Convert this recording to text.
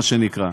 מה שנקרא.